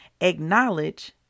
Acknowledge